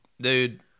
Dude